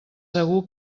segur